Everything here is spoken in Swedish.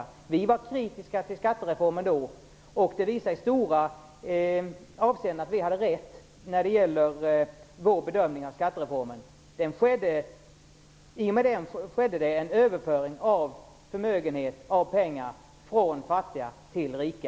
Vi i Vänsterpartiet var kritiska till skattereformen, och det har visat sig att vi i stora avseenden hade rätt i vår bedömning av den. I och med den skedde en överföring av pengar från fattiga till rika.